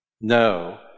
No